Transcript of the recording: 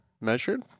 measured